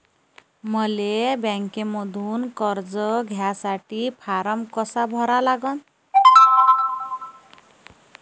मले बँकेमंधून कर्ज घ्यासाठी फारम कसा भरा लागन?